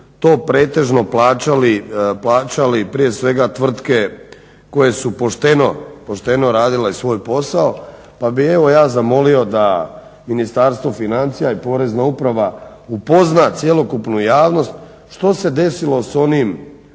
to pretežno plaćali prije svega tvrtke koje su pošteno radile svoj posao. Pa bi evo ja zamolio da Ministarstvo financija i porezna uprava upozna cjelokupnu javnost što se desilo s onim